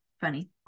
funny